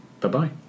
bye-bye